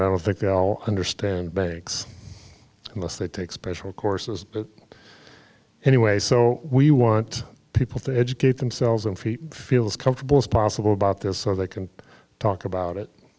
don't think i'll understand banks unless they take special courses anyway so we want people to educate themselves and feet feel as comfortable as possible about this so they can talk about it